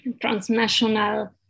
transnational